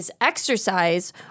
exercise